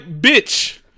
bitch